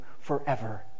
forever